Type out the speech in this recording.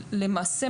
למעשה,